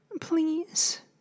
Please